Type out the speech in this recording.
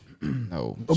No